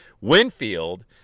Winfield